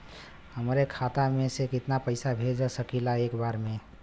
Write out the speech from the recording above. हमरे खाता में से कितना पईसा भेज सकेला एक बार में?